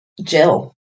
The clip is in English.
Jill